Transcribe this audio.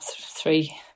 three